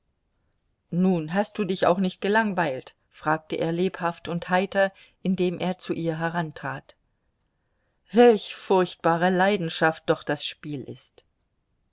nun hast du dich auch nicht gelangweilt fragte er lebhaft und heiter indem er zu ihr herantrat welch furchtbare leidenschaft doch das spiel ist